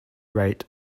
rate